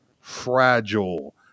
fragile